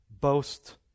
boast